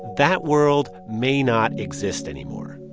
that world may not exist anymore,